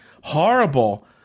horrible